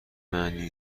معنی